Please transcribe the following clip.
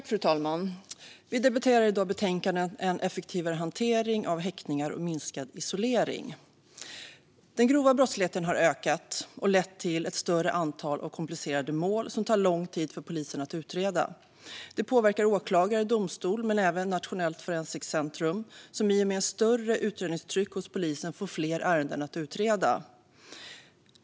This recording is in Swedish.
Fru talman! Vi debatterar i dag betänkandet Effektivare hantering av häktningar och minskad isolering . Den grova brottsligheten har ökat, och den har lett till ett större antal komplicerade mål som tar lång tid för polisen att utreda. De påverkar åklagare, domstol och även Nationellt forensiskt centrum, som i och med ett större utredningstryck hos polisen får fler ärenden att utreda.